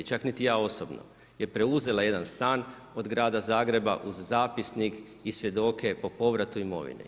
Čak niti ja osobno je preuzela jedan stan od grada Zagreba uz zapisnik i svjedoke po povratu imovine.